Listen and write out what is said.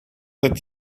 that